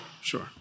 sure